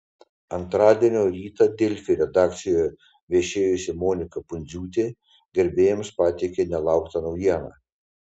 antradienio rytą delfi redakcijoje viešėjusi monika pundziūtė gerbėjams pateikė nelauktą naujieną